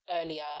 earlier